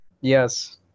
Yes